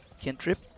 cantrip